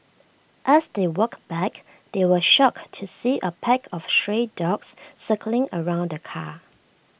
as they walked back they were shocked to see A pack of stray dogs circling around the car